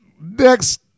Next